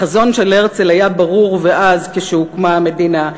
החזון של הרצל היה ברור ועז כשהוקמה המדינה,